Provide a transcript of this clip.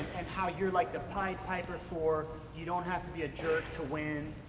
and how you're like the pied piper for, you don't have to be a jerk to win,